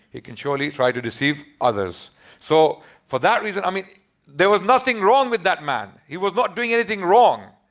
he can surely try to deceive others so for that reason, i mean there was nothing wrong with that man. he was not doing anything wrong.